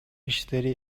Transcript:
иштери